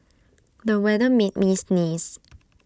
the weather made me sneeze